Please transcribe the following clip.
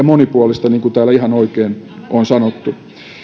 monipuolisia niin kuin täällä ihan oikein on sanottu